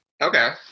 Okay